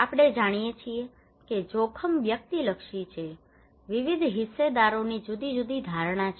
આપણે જાણીએ છીએ કે જોખમ વ્યક્તિલક્ષી છે વિવિધ હિસ્સેદારોની જુદી જુદી ધારણા છે